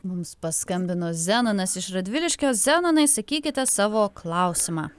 mums paskambino zenonas iš radviliškio zenonai sakykite savo klausimą